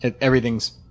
everything's